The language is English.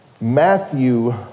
Matthew